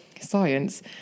science